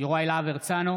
יוראי להב הרצנו,